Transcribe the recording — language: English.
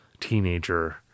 teenager